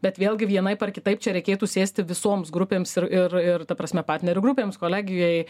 bet vėlgi vienaip ar kitaip čia reikėtų sėsti visoms grupėms ir ir ir ta prasme partnerių grupėms kolegijoj